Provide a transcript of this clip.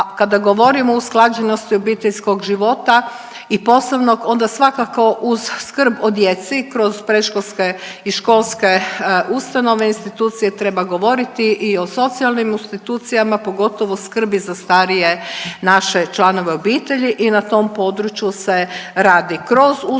kada govorimo o usklađenosti obiteljskog života i poslovnog onda svakako uz skrb o djeci kroz predškolske i školske ustanove, institucije treba govoriti i o socijalnim institucijama pogotovo skrbi za starije naše članove obitelji i na tom području se radi kroz usluge